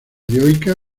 dioica